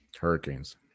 Hurricanes